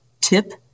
tip